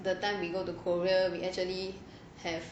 the time we go to korea we actually have